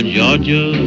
Georgia